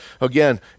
Again